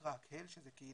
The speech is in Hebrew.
שנקרא 'הקהל', שזה קהילות